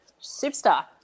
superstar